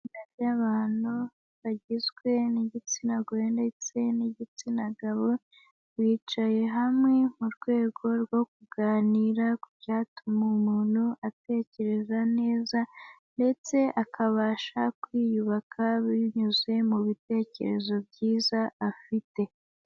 Itsinda ry'abantu bagizwe n'igitsina gore ndetse n'igitsina gabo, bicaye hamwe mu rwego rwo kuganira ku byatuma umuntu atekereza neza ndetse akabasha kwiyubaka binyuze mubitekerezo byiza afite.